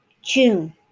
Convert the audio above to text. June